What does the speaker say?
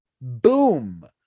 boom